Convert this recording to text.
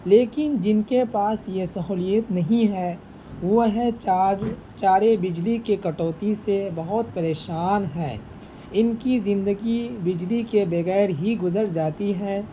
لیکن جن کے پاس یہ سہولت نہیں ہے وہ ہے چار چارے بجلی کے کٹوتی سے بہت پریشان ہیں ان کی زندگی بجلی کے بغیر ہی گزر جاتی ہے